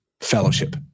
fellowship